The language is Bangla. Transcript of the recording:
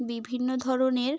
বিভিন্ন ধরনের